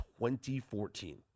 2014